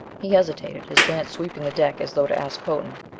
he hesitated, his glance sweeping the deck as though to ask potan.